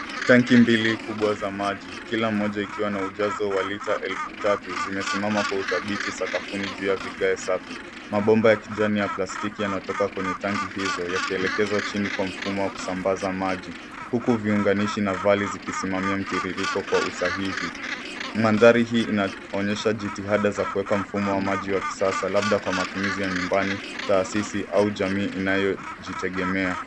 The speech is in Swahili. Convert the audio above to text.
Tanki mbili kubwa za maji kila moja ikiwa na ujazo wa lita elfu tatu zimesimama kwa udhabiti sakafuni juu ya vigae safi. Mabomba ya kijani ya plastiki yanatoka kwenye tangi hizo yakielekezwa chini kwa mfumo wa kusambaza maji huku viunganishi na vali zikisimamia mtiririko kwa usahihi. Mandhari hii inaonyesha jitihada za kuweka mfumo wa maji wa kisasa labda kwa matumizi ya nyumbani, taasisi au jamii inayojitegemea.